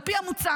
על פי המוצע,